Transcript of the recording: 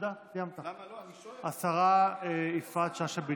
השרה יפעת שאשא ביטון,